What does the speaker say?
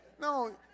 No